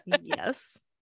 yes